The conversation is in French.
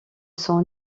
sont